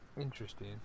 Interesting